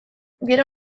gero